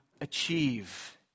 Achieve